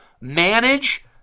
manage